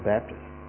Baptist